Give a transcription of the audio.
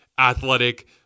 athletic